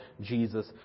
jesus